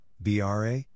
BRA